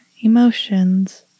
emotions